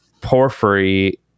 Porphyry